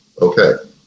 Okay